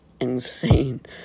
insane